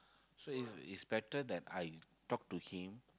so it's it's better that I talk to him